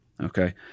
okay